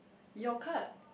your card